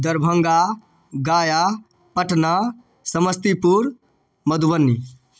Darbhanga Gaya Patna Samastipur Madhubani